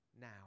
now